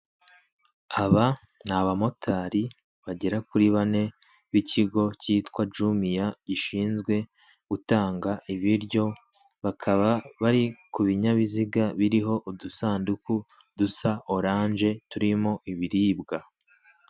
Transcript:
Aba ni abamotari bagera kuri bane, b'ikigo cyitwa Jumiya gishinzwe gutanga ibiryo, bakaba bari ku binyabiziga biriho udusanduku dusa oranje turimo ibiribwa.